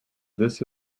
this